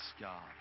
god